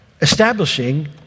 establishing